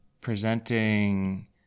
presenting